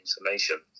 information